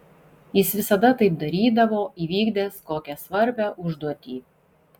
jis visada taip darydavo įvykdęs kokią svarbią užduotį